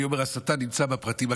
אני אומר: השטן נמצא בפרטים הקטנים.